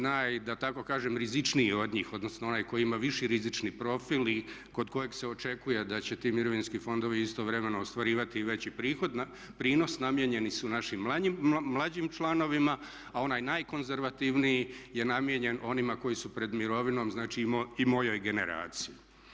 Naj da tako kažem rizičniji od njih, odnosno onaj koji ima viši rizični profil i kod kojeg se očekuje da će ti mirovinski fondovi istovremeno ostvarivati i veći prinos namijenjeni su našim mlađim članovima, a onaj najkonzervativniji je namijenjen onima koji su pred mirovinom, znači i mojoj generaciji.